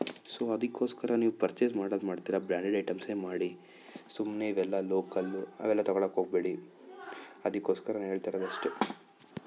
so ಅದಕ್ಕೋಸ್ಕರ ನೀವು purchase ಮಾಡದು ಮಾಡ್ತೀರ ಬ್ರಾಂಡೆಡ್ ಐಟಮ್ಸೆ ಮಾಡಿ ಸುಮ್ಮನೆ ಇವೆಲ್ಲ ಲೋಕಲ್ಲು ಅವೆಲ್ಲ ತೊಗೊಳಕ್ಕೆ ಹೋಗ್ಬೇಡಿ ಅದಕೋಸ್ಕರ ನಾನು ಹೇಳ್ತಾ ಇರೋದಷ್ಟೆ